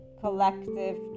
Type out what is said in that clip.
collective